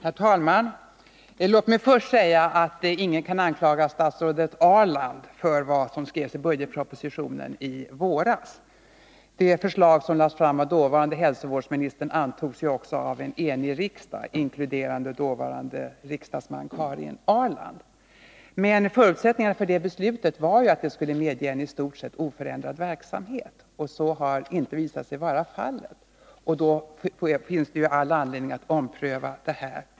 Om verksamheten Herr talman! Låt mig först säga att ingen kan anklaga statsrådet Ahrland vid Akademiska för vad som skrevs i budgetpropositionen i våras. Det förslag som lades fram sjukhuset i Uppav dåvarande hälsovårdsministern antogs också av en enig riksdag inklude = sala rande dåvarande riksdagsman Karin Ahrland. Men förutsättningen för beslutet var att det skulle medge en i stort sett oförändrad verksamhet, och det har visat sig att man inte kan få det. Det finns alltså all anledning att ompröva beslutet.